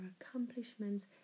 accomplishments